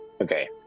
Okay